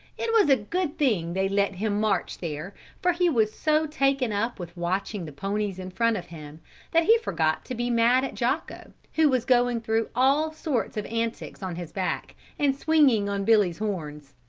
it was a good thing they let him march there for he was so taken up with watching the ponies in front of him that he forgot to be mad at jocko, who was going through all sorts of antics on his back and swinging on billy's horns.